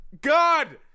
God